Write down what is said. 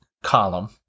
Column